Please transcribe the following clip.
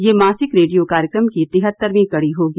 यह मासिक रेडियो कार्यक्रम की तिहत्तरवीं कड़ी होगी